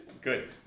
good